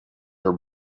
her